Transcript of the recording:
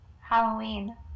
Halloween